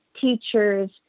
teachers